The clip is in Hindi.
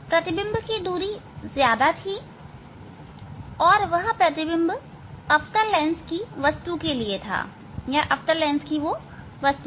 प्रतिबिंब की दूरी ज्यादा थी और वह प्रतिबिंब अवतल लेंस के लिए वस्तु थी